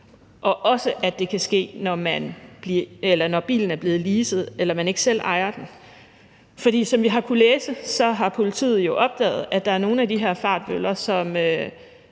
– og at det også kan ske, når bilen er blevet leaset eller man ikke selv ejer den, for som vi har kunnet læse, så har politiet jo opdaget, at der er nogle af de her fartbøller, som